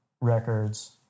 records